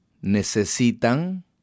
necesitan